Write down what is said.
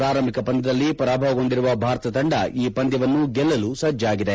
ಪ್ರಾರಂಭಿಕ ಪಂದ್ಯದಲ್ಲಿ ಪರಾಭವಗೊಂಡಿರುವ ಭಾರತ ತಂದ ಈ ಪಂದ್ಯವನ್ನು ಗೆಲ್ಲಲು ಸಜ್ಜಾಗಿದೆ